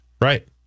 Right